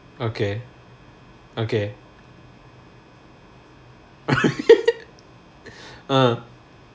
okay okay uh